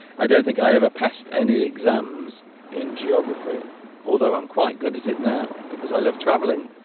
i don't think i ever passed any exams in geography although i'm quite good at it now because i love traveling